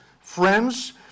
friends